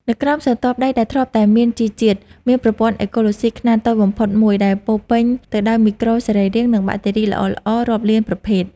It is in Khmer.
នៅក្រោមស្រទាប់ដីដែលធ្លាប់តែមានជីជាតិ មានប្រព័ន្ធអេកូឡូស៊ីខ្នាតតូចបំផុតមួយដែលពោរពេញទៅដោយមីក្រូសរីរាង្គ និងបាក់តេរីល្អៗរាប់លានប្រភេទ។